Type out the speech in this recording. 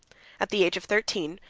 at the age of thirteen,